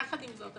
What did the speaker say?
יחד עם זאת,